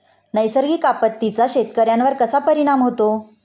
नैसर्गिक आपत्तींचा शेतकऱ्यांवर कसा परिणाम होतो?